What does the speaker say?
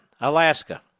Alaska